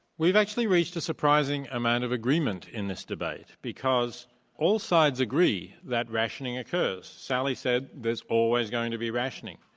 we've actually reached a surprising amount of agreement in this debate because both sides agree that rationing occurs. sally said there's always going to be rationing.